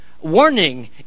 Warning